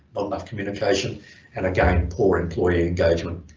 but enough communication and again poor employee engagement.